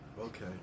Okay